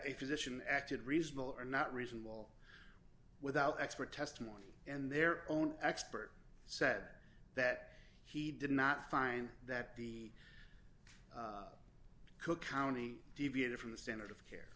a physician acted reasonable or not reasonable without expert testimony and their own expert said that he did not find that the cook county deviated from the standard of care